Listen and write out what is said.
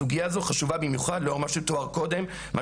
סוגיה זו חשובה במיוחד לאור מה שתואר קודם - מה